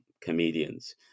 comedians